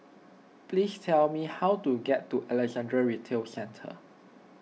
please tell me how to get to Alexandra Retail Centre